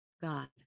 God